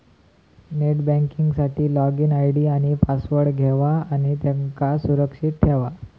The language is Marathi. नेट बँकिंग साठी लोगिन आय.डी आणि पासवर्ड घेवा आणि त्यांका सुरक्षित ठेवा